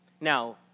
Now